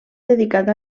dedicat